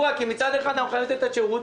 מצד אחד, אנחנו חייבים לתת את השירות.